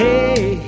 Hey